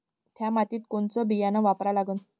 थ्या मातीत कोनचं बियानं वापरा लागन?